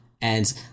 and-